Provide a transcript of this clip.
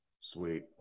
Sweet